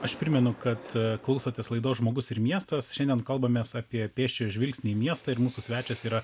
aš primenu kad klausotės laidos žmogus ir miestas šiandien kalbamės apie pėsčiojo žvilgsnį į miestą ir mūsų svečias yra